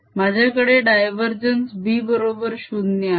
माझ्याकडे divergence B बरोबर 0 आहे